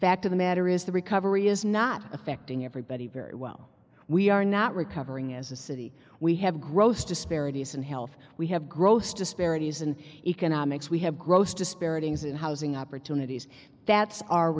fact of the matter is the recovery is not affecting everybody very well we are not recovering as a city we have gross disparities in health we have gross disparities in economics we have gross disparities in housing opportunities that's our